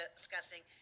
discussing